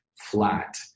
flat